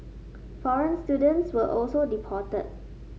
foreign students were also deported